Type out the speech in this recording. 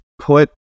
put